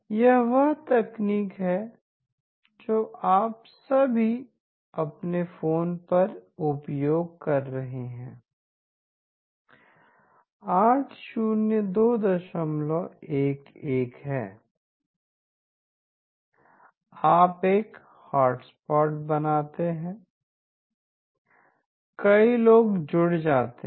यह वह तकनीक है जो आप सभी अपने फ़ोन पर उपयोग कर रहे हैं 80211 है आप एक हॉटस्पॉट बनाते हैं कई लोग जुड़ जाते हैं